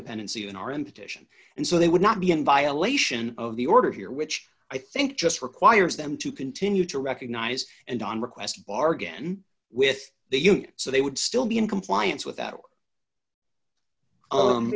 the pendency in our invitation and so they would not be in violation of the order here which i think just requires them to continue to recognize and on request bargain with you so they would still be in compliance with that